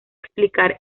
explicar